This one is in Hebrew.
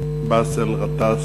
באסל גטאס.